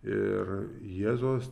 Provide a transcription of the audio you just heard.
ir jėzus